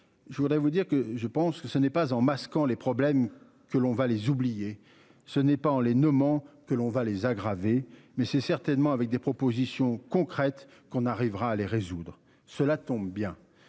Je voudrais vous dire que je pense que ça n'est pas en masquant les problèmes que l'on va les oublier. Ce n'est pas en les nommant, que l'on va les aggraver. Mais c'est certainement avec des propositions concrètes qu'on arrivera à les résoudre. Cela tombe bien,